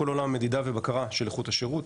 כל עולם מדידה ובקרה של איכות השירות,